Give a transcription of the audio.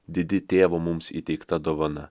didi tėvo mums įteikta dovana